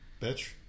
bitch